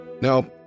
Now